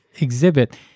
exhibit